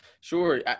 Sure